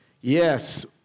Yes